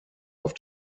auf